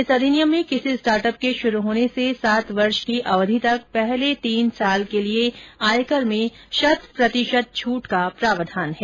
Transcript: इस अधिनियम में किसी स्टार्ट अप के शुरू होने से सात वर्ष की अवधि तक पहले तीन साल के लिए आयकर में शत प्रतिशत छुट का प्रावधान है